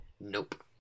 Nope